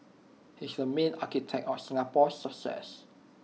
he's the main architect of Singapore's success